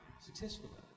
Successful